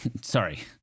sorry